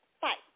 fight